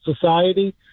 society